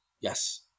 Yes